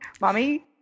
Mommy